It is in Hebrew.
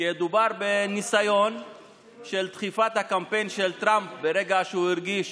מדובר בניסיון של דחיפת הקמפיין של טראמפ ברגע שהוא הרגיש,